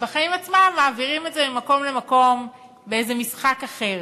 ובחיים עצמם מעבירים את זה ממקום למקום באיזה משחק אחר.